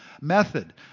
method